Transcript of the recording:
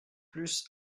plus